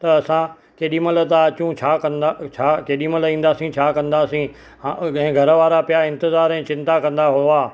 त असां केॾी महिल था अचूं छा कंदा छा केॾी महिल ईंदासीं छा कंदासीं हा कंहिं घर वारा पिया इंतिज़ारु ऐं चिंता कंदा हुआ